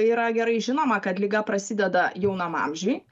yra gerai žinoma kad liga prasideda jaunam amžiuj